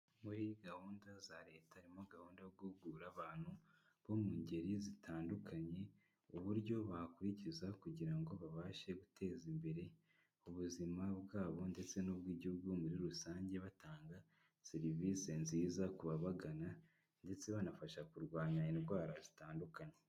Muri gahunda za leta harimo gahunda yo guhugura abantu bo mu ngeri zitandukanye uburyo bakurikiza kugira ngo babashe guteza imbere ubuzima bwabo ndetse n'ubw'igihugu muri rusange, batanga serivisi nziza kubabagana ndetse banabafasha kurwanya indwara zitandukanye.